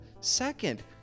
second